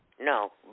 No